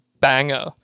banger